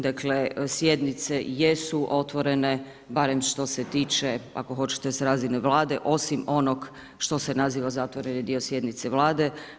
Dakle, sjednice jesu otvorene, barem što se tiče, ako hoćete s razine Vlade, osim onog što se naziva zatvoreni dio sjednice Vlade.